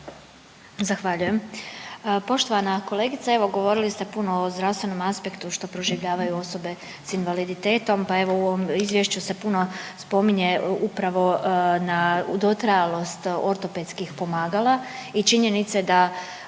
Zahvaljujem. Poštovana kolegice, evo govorili ste puno o zdravstvenom aspektu što proživljavaju osobe s invaliditetom pa evo u ovom izvješću se puno spominje upravo na dotrajalost ortopedskih pomagala i činjenice da,